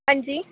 ਹਾਂਜੀ